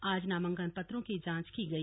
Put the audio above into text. आज नामांकन पत्रों की जांच की गई